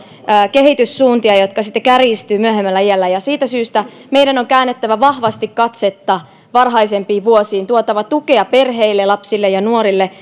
kehityssuuntia jotka sitten kärjistyvät myöhemmällä iällä siitä syystä meidän on käännettävä vahvasti katsetta varhaisempiin vuosiin tuotava tukea perheille lapsille ja nuorille